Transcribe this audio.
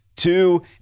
two